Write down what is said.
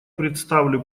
представлю